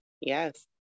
yes